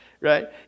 Right